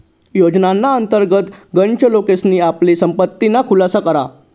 योजनाना अंतर्गत गनच लोकेसनी आपली संपत्तीना खुलासा करा